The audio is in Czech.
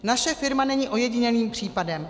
Naše firma není ojedinělým případem.